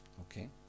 Okay